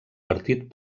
partit